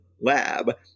lab